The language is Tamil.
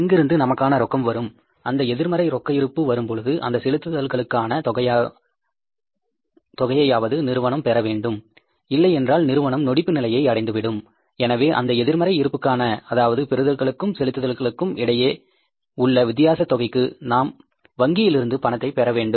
எங்கிருந்து நமக்கான ரொக்கம் வரும் அந்த எதிர்மறை ரொக்க இருப்பு வரும்பொழுது அந்த செலுத்துகைகளுக்கான தொகையையாவது நிறுவனம் பெறவேண்டும் இல்லை என்றால் நிறுவனம் நொடிப்பு நிலையை அடைந்துவிடும் எனவே அந்த எதிர்மறை இருப்புக்கான அதாவது பெறுதல்களுக்கும் செலுத்துதல்களுக்கும் இடையே உள்ள வித்தியாச தொகைக்கு நாம் வங்கியில் இருந்து பணத்தை பெறவேண்டும்